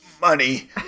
money